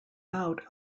out